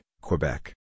Quebec